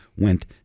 went